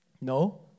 No